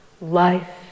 Life